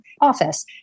office